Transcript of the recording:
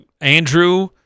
Andrew